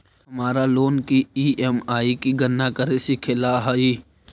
हमारा लोन की ई.एम.आई की गणना करे सीखे ला हई